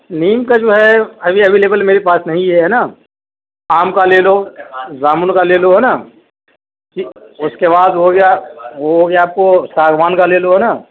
نیم کا جو ہے ابھی اویلبل میرے پاس نہیں ہے ہے نا آم کا لے لو جامن کا لے لو ہے نا ٹھیک اس کے بعد ہو گیا وہ ہو گیا آپ کو ساگوان کا لے لو ہے نا